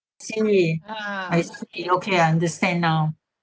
see I see okay I understand now